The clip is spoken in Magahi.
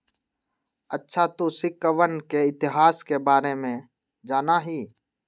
अच्छा तू सिक्कवन के इतिहास के बारे में जाना हीं?